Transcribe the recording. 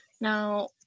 Now